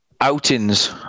outings